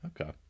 Okay